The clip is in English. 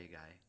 guy